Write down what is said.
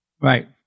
Right